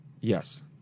Yes